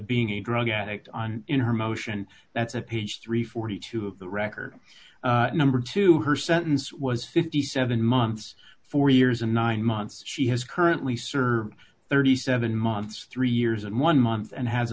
being a drug addict on in her motion that's a page three hundred and forty two of the record number to her sentence was fifty seven months four years and nine months she has currently serve thirty seven months three years and one month and has